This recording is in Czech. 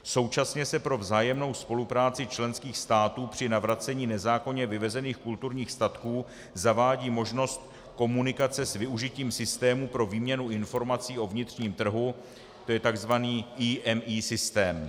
Současně se pro vzájemnou spolupráci členských států při navracení nezákonně vyvezených kulturních statků zavádí možnost komunikace s využitím systému pro výměnu informací o vnitřním trhu, to je takzvaný IMI systém.